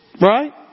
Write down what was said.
Right